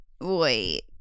wait